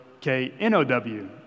K-N-O-W